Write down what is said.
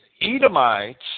Edomites